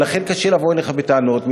ולכן קשה לבוא אליך בטענות.